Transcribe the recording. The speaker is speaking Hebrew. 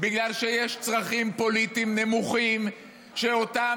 בגלל שיש צרכים פוליטיים נמוכים שאותם